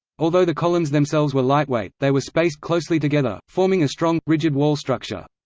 although the columns themselves were lightweight, they were spaced closely together, forming a strong, rigid wall structure.